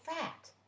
fat